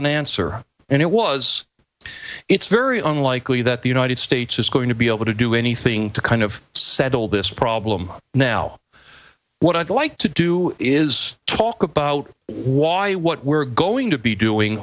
answer and it was it's very unlikely that the united states is going to be able to do anything to kind of settle this problem now what i'd like to do is talk about why what we're going to be doing